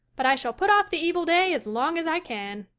but i shall put off the evil day as long as i can.